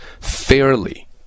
fairly